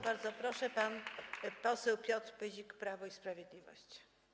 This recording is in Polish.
Bardzo proszę, pan poseł Piotr Pyzik, Prawo i Sprawiedliwość.